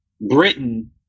Britain